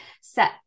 set